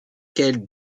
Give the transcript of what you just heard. quelle